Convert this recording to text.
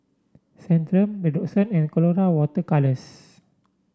Centrum Redoxon and Colora Water Colours